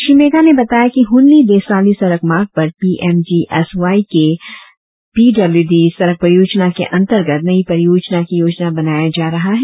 श्री मेगा ने बताया कि हुनली देसाली सड़क मार्ग पर P M G S Y के पी डब्लू डी सड़क परियोजना के अंतर्गत नई परियोजना की योजना बनाया जा रहा है